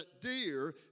deer